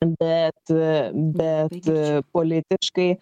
bet bet politiškai